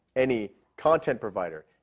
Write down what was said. any content provider,